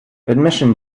admission